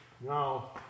Now